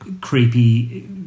creepy